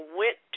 went